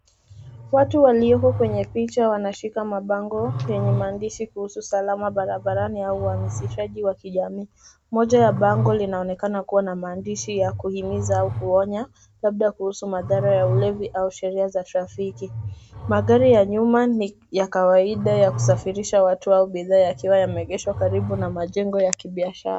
Watu walioko kwenye picha wanashika mabango yenye maandishi kuhusu usalama barabarani au uhamisishaji wa kijamii. Moja ya bango linaonekana kuwa na maandishi ya kuhimiza au kuonya labda kuhusu madhara ya ulevi au sheria za trafiki. Magari ya nyuma ni ya kawaida ya kusafirisha watu au bidhaa yakiwa yameegeshwa karibu na majengo ya kibiashara.